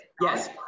Yes